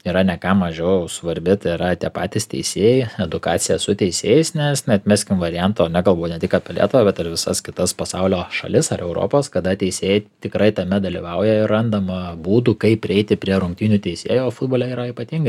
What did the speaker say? yra ne ką mažiau svarbi tai yra tie patys teisėjai edukacija su teisėjais nes neatmeskim varianto nekalbu ne tik apie lietuvą bet ir visas kitas pasaulio šalis ar europos kada teisėjai tikrai tame dalyvauja ir randama būdų kaip prieiti prie rungtynių teisėjų o futbole yra ypatingai